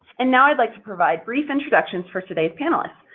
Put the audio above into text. and now i'd like to provide brief introductions for today's panelists.